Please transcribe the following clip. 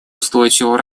устойчивого